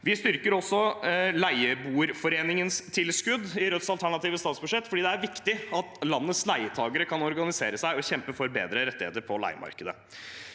Vi styrker også Leieboerforeningens tilskudd i Rødts alternative statsbudsjett, for det er viktig at landets leietakere kan organisere seg og kjempe for bedre rettigheter på leiemarkedet.